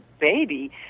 baby